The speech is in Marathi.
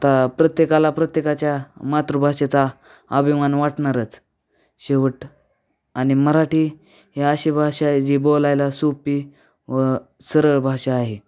आता प्रत्येकाला प्रत्येकाच्या मातृभाषेचा अभिमान वाटणारच शेवट आणि मराठी ही अशी भाषा आहे जी बोलायला सोप्पी व सरळ भाषा आहे